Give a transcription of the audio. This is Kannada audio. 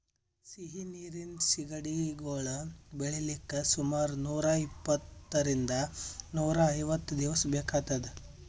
ಸಿಹಿ ನೀರಿನ್ ಸಿಗಡಿಗೊಳ್ ಬೆಳಿಲಿಕ್ಕ್ ಸುಮಾರ್ ನೂರ್ ಇಪ್ಪಂತ್ತರಿಂದ್ ನೂರ್ ಐವತ್ತ್ ದಿವಸ್ ಬೇಕಾತದ್